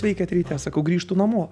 veikėt ryte sakau grįžtu namo